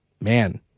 man